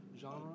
genre